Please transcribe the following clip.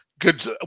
good